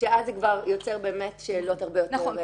שאז אלה כבר באמת שאלות הרבה יותר מורכבות.